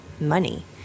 money